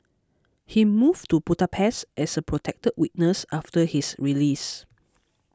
he moved to Budapest as a protected witness after his release